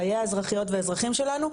חיי האזרחיות והאזרחים שלנו,